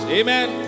amen